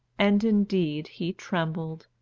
and indeed he trembled,